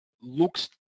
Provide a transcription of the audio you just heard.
looks